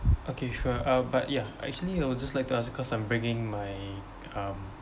okay sure uh but ya actually you know just like to ask cause I'm bringing my um